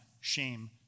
shame